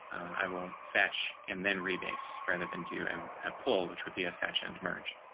i will fetch and then re base rather than to um ah pull, which would be a fetch and merge.